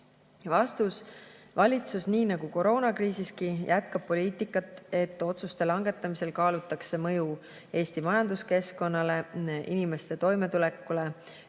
Valitsus nii nagu koroonakriisiski jätkab poliitikat, et otsuste langetamisel kaalutakse mõju Eesti majanduskeskkonnale, inimeste toimetulekule